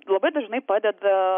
labai dažnai padeda